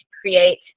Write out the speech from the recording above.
create